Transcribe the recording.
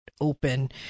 open